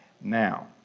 Now